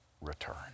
return